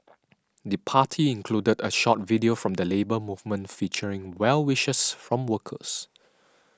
the party included a short video from the Labour Movement featuring well wishes from workers